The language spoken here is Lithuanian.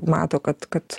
mato kad kad